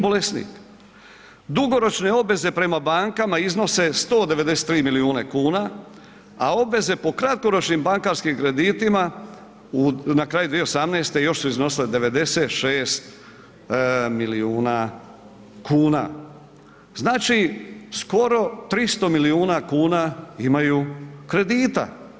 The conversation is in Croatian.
Dugoročne obveze prema bankama iznose 193 milijuna kuna, a obveze po kratkoročnim bankarskim kreditima na kraju 2018. još su iznosile 96 milijuna kuna, znači skoro 300 milijuna imaju kredita.